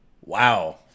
Wow